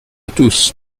tous